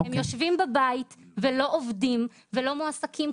הם יושבים בבית ולא עובדים ולא מועסקים,